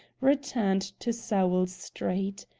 returned to sowell street.